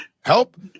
Help